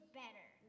better